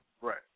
Right